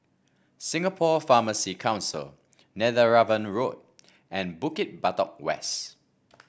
Singapore Pharmacy Council Netheravon Road and Bukit Batok West